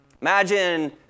Imagine